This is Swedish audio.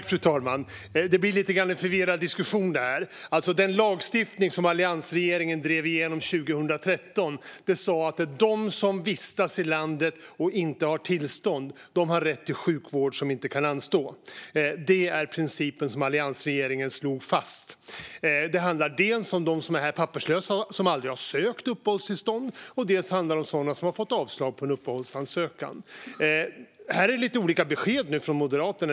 Fru talman! Det blir en förvirrad diskussion. Den lagstiftning som alliansregeringen drev igenom 2013 sa att de som vistas i landet och som inte har tillstånd har rätt till sjukvård som inte kan anstå. Det var denna princip som alliansregeringen slog fast. Det handlar dels om papperslösa som aldrig har sökt uppehållstillstånd, dels om sådana som har fått avslag på en uppehållsansökan. Här är det lite olika besked från Moderaterna.